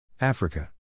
Africa